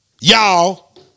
y'all